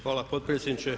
Hvala potpredsjedniče.